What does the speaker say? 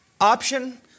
Option